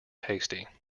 tasty